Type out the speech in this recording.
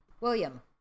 William